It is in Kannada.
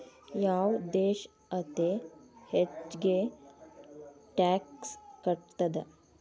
ಯಾವ್ ದೇಶ್ ಅತೇ ಹೆಚ್ಗೇ ಟ್ಯಾಕ್ಸ್ ಕಟ್ತದ?